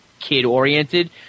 kid-oriented